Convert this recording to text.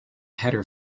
header